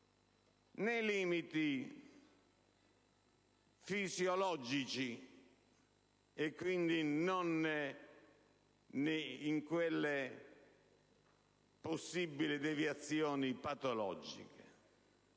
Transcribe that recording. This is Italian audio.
nei limiti fisiologici, e, quindi, non in quelle possibili deviazioni patologiche.